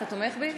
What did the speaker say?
אתה תומך בי?